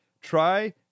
Try